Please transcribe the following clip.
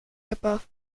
above